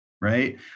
right